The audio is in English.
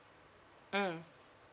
mm